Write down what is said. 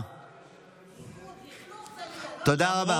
תודה רבה.